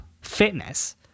fitness